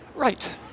Right